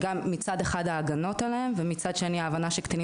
גם מצד אחד ההגנות עליהם ומצד שני ההבנה שקטינים